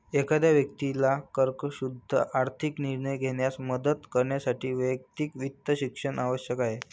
एखाद्या व्यक्तीला तर्कशुद्ध आर्थिक निर्णय घेण्यास मदत करण्यासाठी वैयक्तिक वित्त शिक्षण आवश्यक आहे